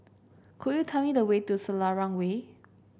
could you tell me the way to Selarang Way